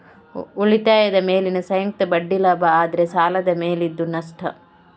ಉಳಿತಾಯದ ಮೇಲಿನ ಸಂಯುಕ್ತ ಬಡ್ಡಿ ಲಾಭ ಆದ್ರೆ ಸಾಲದ ಮೇಲಿದ್ದು ನಷ್ಟ